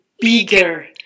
bigger